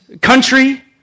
country